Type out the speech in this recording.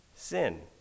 Sin